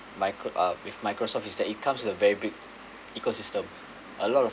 micro~ uh with microsoft is that it comes in a very big ecosystem a lot of